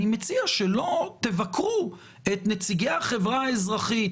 אני מציע שלא תבקרו את נציגי החברה האזרחי,